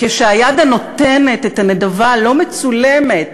כשהיד הנותנת את הנדבה לא מצולמת,